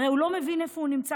הרי הוא לא מבין איפה הוא נמצא,